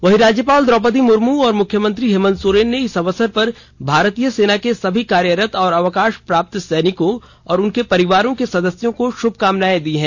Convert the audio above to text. वहीं राज्यपाल द्रौपदी मुर्मू और मुख्यमंत्री हेमंत सोरेन ने इस अवसर पर भारतीय सेना के सभी कार्यरत और अवकाश प्राप्त सैनिकों और उनके परिवार के सदस्यों को श्रभकामनाएं दी हैं